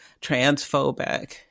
transphobic